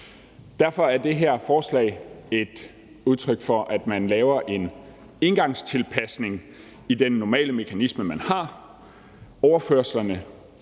Derfor er det her forslag et udtryk for, at man laver en engangstilpasning i den normale mekanisme, man har. Overførslerne,